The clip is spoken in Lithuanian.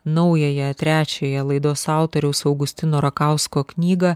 naująją trečiąją laidos autoriaus augustino rakausko knygą